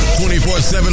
24-7